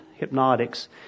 Hypnotics